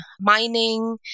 mining